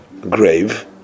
grave